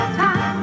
time